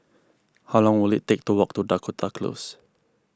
how long will it take to walk to Dakota Close